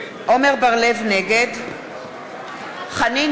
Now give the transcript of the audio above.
נגד חנין